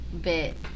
bit